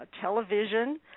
television